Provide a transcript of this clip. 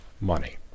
money